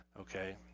okay